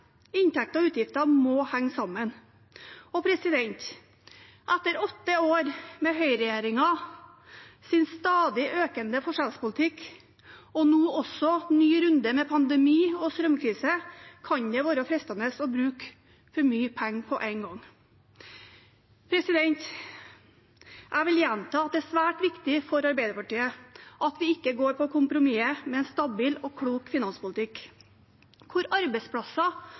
Inntekter og utgifter må henge sammen, og etter åtte år med høyreregjeringens stadig økende forskjellspolitikk – og nå også ny runde med pandemi og strømkrise – kan det være fristende å bruke for mye penger på en gang. Jeg vil gjenta at det er svært viktig for Arbeiderpartiet at vi ikke kompromisser med en stabil og klok finanspolitikk, slik at arbeidsplasser